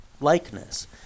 likeness